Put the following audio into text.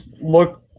look